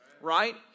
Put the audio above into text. right